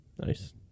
Nice